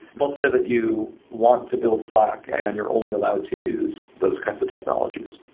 let's say that you want to build slack and you're only allowed to use those kinds of technologies.